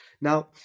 Now